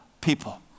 people